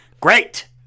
Great